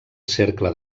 cercle